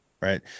right